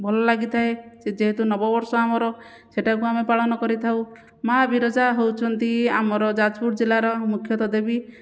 ଭଲ ଲାଗିଥାଏ ସେ ଯେହେତୁ ନବବର୍ଷ ଆମର ସେଇଟାକୁ ଆମେ ପାଳନ କରିଥାଉ ମା ବିରଜା ହେଉଛନ୍ତି ଆମର ଯାଜପୁର ଜିଲ୍ଲାର ମୁଖ୍ୟତଃ ଦେବୀ